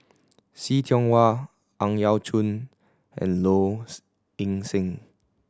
See Tiong Wah Ang Yau Choon and Lows Ing Sing